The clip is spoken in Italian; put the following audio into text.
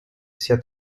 sia